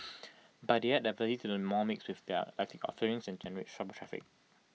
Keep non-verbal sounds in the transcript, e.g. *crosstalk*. *noise* but they add diversity to the mall mix with their eclectic offerings and generate shopper traffic